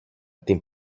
την